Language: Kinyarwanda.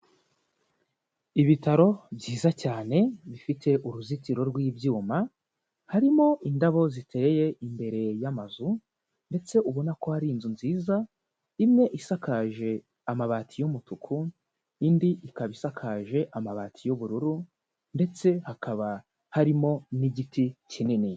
Ibitaro byiza cyane bifite uruzitiro rw'ibyuma, harimo indabo ziteye imbere y'amazu ndetse ubona ko hari inzu nziza, imwe isakaje amabati y'umutuku, indi ikaba isakaje amabati y'ubururu ndetse hakaba harimo n'igiti kinini.